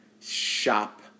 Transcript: Shop